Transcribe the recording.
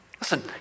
Listen